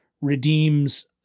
redeems